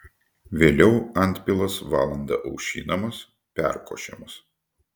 vėliau antpilas valandą aušinamas perkošiamas